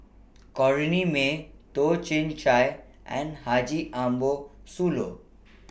Corrinne May Toh Chin Chye and Haji Ambo Sooloh